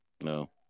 no